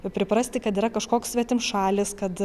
priprasti kad yra kažkoks svetimšalis kad